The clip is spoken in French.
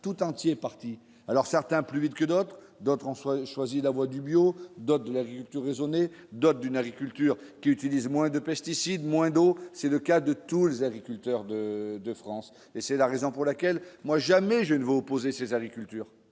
tout entier parti alors certains plus vite que d'autres, d'autres en soit choisit la voie du bio, d'autres de la agriculture raisonnée, d'autres d'une agriculture qui utilise moins de pesticides, moins d'eau, c'est le cas de tous, l'agriculteur de de France et c'est la raison pour laquelle, moi jamais je ne m'opposer ces agriculture